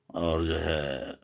اور جو ہے